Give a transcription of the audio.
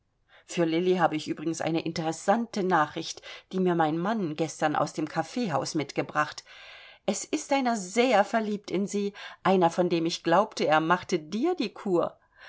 für lilli habe ich übrigens eine interessante nachricht die mir mein mann gestern aus dem kaffeehaus mitgebracht es ist einer sehr verliebt in sie einer von dem ich glaubte er machte dir die kour